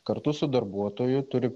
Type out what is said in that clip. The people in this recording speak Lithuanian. kartu su darbuotoju turi